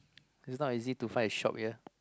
it's not easy to find a shop here